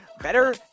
Better